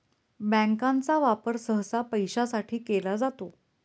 बँकांचा वापर सहसा पैशासाठी केला जातो